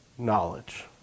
knowledge